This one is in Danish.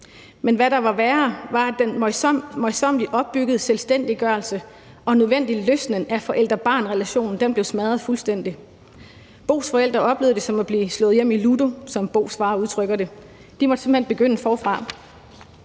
Men hvad der var værre, var, at den møjsommeligt opbyggede selvstændiggørelse og nødvendige løsnen af forældre-barn-relationen blev smadret fuldstændig. Bos forældre oplevede det som at blive slået hjem i ludo, som Bos far udtrykker det. De måtte simpelt hen begynde forfra,